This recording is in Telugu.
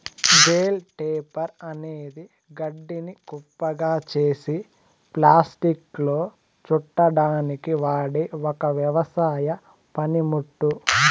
బేల్ రేపర్ అనేది గడ్డిని కుప్పగా చేసి ప్లాస్టిక్లో చుట్టడానికి వాడె ఒక వ్యవసాయ పనిముట్టు